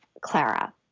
Clara